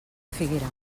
figuera